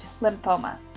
lymphoma